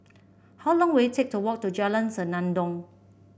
how long will it take to walk to Jalan Senandong